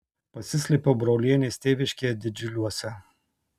pasislėpiau brolienės tėviškėje didžiuliuose